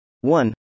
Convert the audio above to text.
one